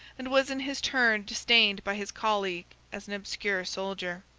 and was in his turn disdained by his colleague as an obscure soldier.